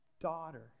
Daughter